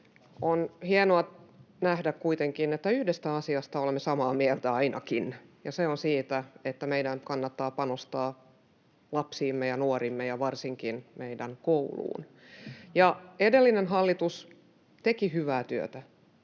On hienoa nähdä kuitenkin se, että ainakin yhdestä asiasta olemme samaa mieltä, ja se on se, että meidän kannattaa panostaa lapsiimme ja nuoriimme ja varsinkin meidän kouluun. Edellinen hallitus teki hyvää työtä.